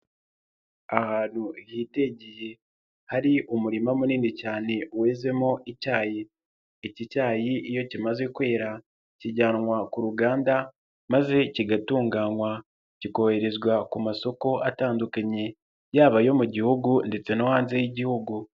Ahantu hitegeye hari umurima munini cyane wezemo icyayi. Iki cyayi iyo kimaze kwera kijyanwa ku ruganda maze kigatunganywa kikoherezwa ku masoko atandukanye yabyo mu gihugu ndetse no hanze y'igihugu.